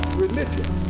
religion